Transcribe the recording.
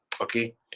okay